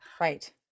Right